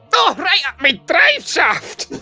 oh! right up me drive-shaft!